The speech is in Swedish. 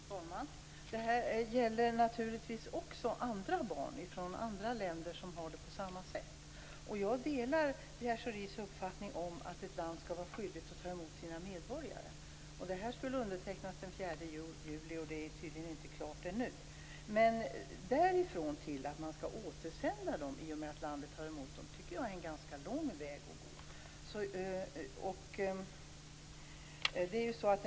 Fru talman! Det här gäller naturligtvis också barn från andra länder som har det på samma sätt. Och jag delar Pierre Schoris uppfattning att ett land skall vara skyldigt att ta emot sina medborgare. Det här skulle undertecknas den 4 juli, och det är tydligen inte klart ännu. Men därifrån till att man skall återsända dem i och med att landet tar emot dem tycker jag att det är ganska lång väg att gå.